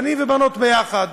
בנים ובנות יחד.